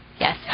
Yes